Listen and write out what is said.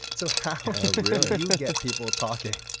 so how do you get people talking?